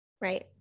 right